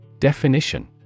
Definition